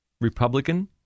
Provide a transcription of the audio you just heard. Republican